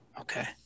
Okay